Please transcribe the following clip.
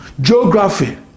geography